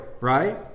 right